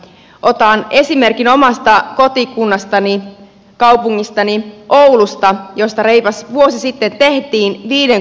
otan esimerkin omasta kotikunnastani kaupungistani oulusta jossa reipas vuosi sitten tehtiin viiden kunnan liitos